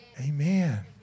amen